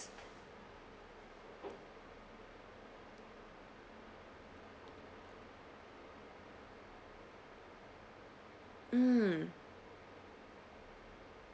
mm